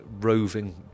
roving